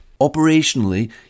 Operationally